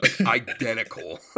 Identical